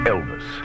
Elvis